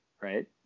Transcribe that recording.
right